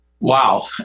Wow